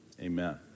amen